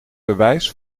bewijs